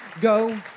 go